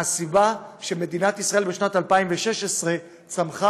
מהסיבה שמדינת ישראל בשנת 2016 צמחה